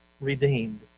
redeemed